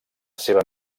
seva